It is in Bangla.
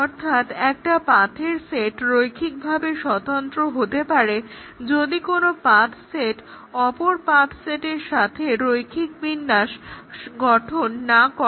অর্থাৎ একটা পাথের সেট রৈখিকভাবে স্বতন্ত্র হতে পারে যদি কোনো পাথ্ সেট অপর পাথ্ সেটের সাথে রৈখিক বিন্যাস গঠন না করে